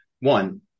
one